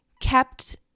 kept